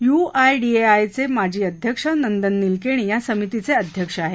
युआयडीएआयचे माजीअध्यक्ष नंदन नीलकणी या समितीचे अध्यक्ष आहेत